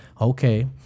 Okay